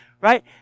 Right